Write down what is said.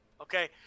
Okay